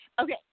Okay